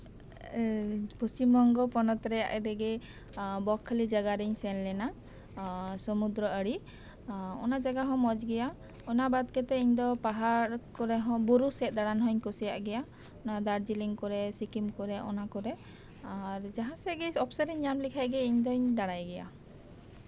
ᱯᱚᱥᱪᱷᱤᱢᱵᱚᱝᱜᱚ ᱯᱚᱱᱚᱛ ᱨᱮᱱᱟᱜ ᱵᱚᱠᱠᱷᱟᱞᱤ ᱡᱟᱭᱜᱟ ᱨᱤᱧ ᱥᱮᱱ ᱞᱮᱱᱟ ᱥᱚᱢᱩᱫᱽᱨᱚ ᱟᱲᱮ ᱚᱱᱟᱦᱚᱸ ᱢᱚᱸᱡ ᱜᱮᱭᱟ ᱚᱱᱟ ᱵᱟᱫ ᱠᱟᱛᱮᱫ ᱤᱧ ᱫᱚ ᱯᱟᱦᱟᱲ ᱠᱚᱨᱮᱦᱚᱸ ᱵᱩᱨᱩ ᱥᱮᱫ ᱫᱟᱲᱟᱱ ᱦᱚᱸᱧ ᱠᱩᱥᱤᱭᱟᱜ ᱜᱮᱭᱟ ᱱᱚᱣᱟ ᱫᱟᱨᱡᱤᱞᱤᱝ ᱠᱚᱨᱮᱜ ᱥᱤᱠᱤᱢ ᱠᱚᱨᱮᱜ ᱚᱱᱟ ᱠᱚᱨᱮ ᱟᱨ ᱡᱟᱸᱦᱟ ᱥᱮᱜ ᱜᱮ ᱚᱯᱷᱥᱮᱱ ᱤᱧ ᱧᱟᱢ ᱞᱮᱠᱷᱟᱡ ᱜᱮ ᱤᱧ ᱫᱩᱧ ᱫᱟᱲᱟᱭ ᱜᱮᱭᱟ